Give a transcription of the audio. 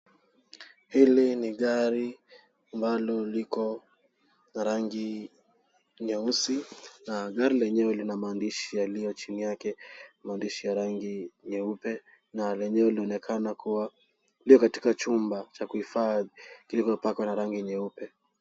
Hili ni gari ambalo liko rangi nyeusi na gari lenyewe liko na maandishi ambayo yako chini yake maandishi ya rangi nyeupe na lenyewe laonekana kuwa liko katika chumba cha kuhifadhi kilichopakwa na rangi nyeupe.